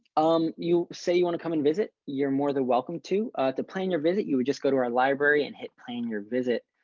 um, you say you want to come and visit. you're more than welcome to to plan your visit. you would just go to our library and hit plan your visit.